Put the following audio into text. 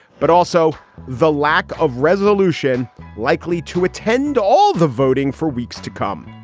but also the lack of resolution likely to attend all the voting for weeks to come.